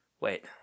Wait